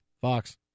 Fox